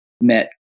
met